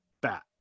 bat